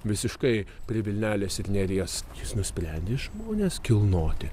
visiškai prie vilnelės ir neries jis nusprendė žmones kilnoti